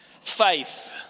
faith